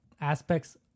aspects